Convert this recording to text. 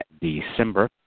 December